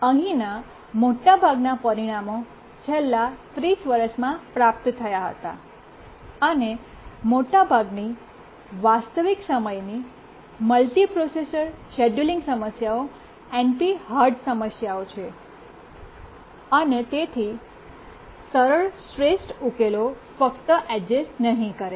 અહીંના મોટાભાગના પરિણામો છેલ્લા 30 વર્ષમાં પ્રાપ્ત થયા હતા અને મોટાભાગની વાસ્તવિક સમયની મલ્ટિપ્રોસેસર શેડયુલિંગ સમસ્યાઓ NP hard સમસ્યાઓ છે અને તેથી સરળ શ્રેષ્ઠ ઉકેલો ફક્ત એડજસ્ટ નહીં કરે